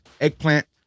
eggplant